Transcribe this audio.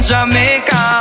Jamaica